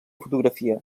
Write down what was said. fotografia